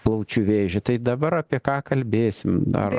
plaučių vėžį tai dabar apie ką kalbėsim ar